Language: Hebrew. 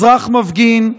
אזרח מפגין,